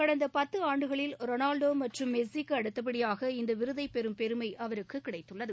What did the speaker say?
கடந்த பத்து ஆண்டுகளில் ரொனால்டோ மற்றும் மெஸ்ஸி க்கு அடுத்தபடியாக இந்த விருதை பெறும் பெருமை அவருக்கு கிடைத்துள்ளது